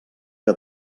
que